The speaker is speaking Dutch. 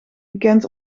bekend